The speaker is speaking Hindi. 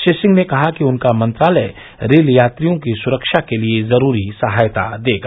श्री सिंह ने कहा कि उनका मंत्रालय रेल यात्रियों की सुरक्षा के लिए जरूरी सहायता देगा